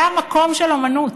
זה המקום של אומנות.